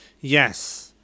Yes